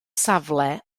safle